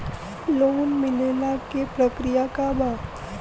Loan मिलेला के प्रक्रिया का बा?